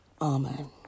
Amen